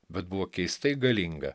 bet buvo keistai galinga